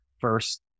first